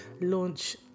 launch